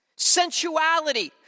sensuality